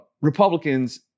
Republicans